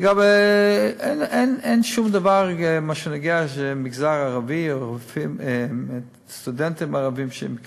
אין שום דבר שנוגע במגזר הערבי או בסטודנטים ערבים.